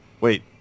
Wait